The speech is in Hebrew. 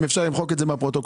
אם אפשר למחוק את זה מהפרוטוקול.